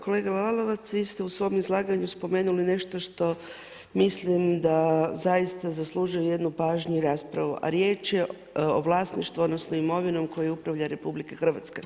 Kolega Lalovac, vi ste u svom izlaganju spomenuli nešto što mislim da zaista zaslužuje jednu pažnju i raspravu a riječ je o vlasništvu odnosno imovini kojom upravlja RH.